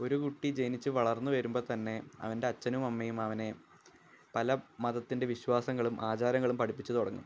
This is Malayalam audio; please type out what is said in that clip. ഒരു കുട്ടി ജനിച്ച് വളർന്ന് വരുമ്പോള്ത്തന്നെ അവൻ്റച്ഛനും അമ്മയും അവനെ പല മതത്തിൻ്റെ വിശ്വാസങ്ങളും ആചാരങ്ങളും പഠിപ്പിച്ചുതുടങ്ങും